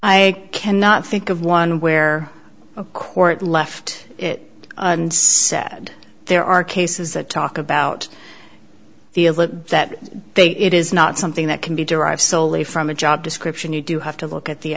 i cannot think of one where a court left it and said there are cases that talk about the that they it is not something that can be derived solely from a job description you do have to look at the